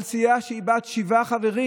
על סיעה שהיא בת שבעה חברים,